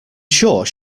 sure